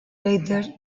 later